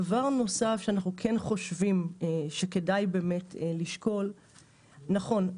דבר נוסף שאנחנו כן חושבים שכדאי באמת לשקול נכון,